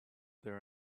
there